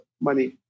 money